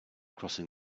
crossing